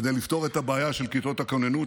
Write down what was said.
כדי לפתור את הבעיה של כיתות הכוננות,